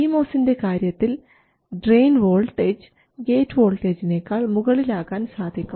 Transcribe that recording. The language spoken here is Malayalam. പി മോസിൻറെ കാര്യത്തിൽ ഡ്രയിൻ വോൾട്ടേജ് ഗേറ്റ് വോൾട്ടേജിനേക്കാൾ മുകളിൽ ആകാൻ സാധിക്കും